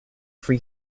free